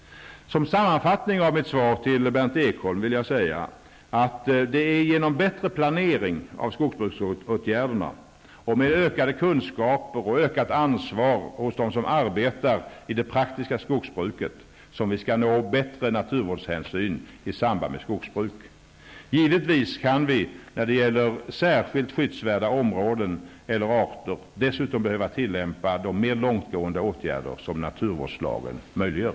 Som sammanfattning av mitt svar till Berndt Ekholm vill jag säga, att det är genom bättre planering av skogsbruksåtgärderna och med ökade kunskaper och ökat ansvar hos dem som arbetar i det praktiska skogsbruket, som vi skall nå en bättre naturvårdshänsyn i samband med skogsbruk. Givetvis kan vi när det gäller särskilt skyddsvärda områden eller arter dessutom behöva tillämpa de mer långtgående åtgärder som naturvårdslagen möjliggör.